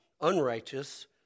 unrighteous